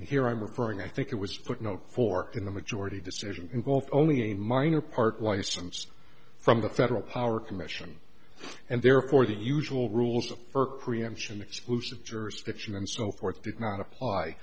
here i'm referring i think it was put no four in the majority decision involved only a minor part license from the federal power commission and therefore the usual rules of preemption exclusive jurisdiction and so forth did not apply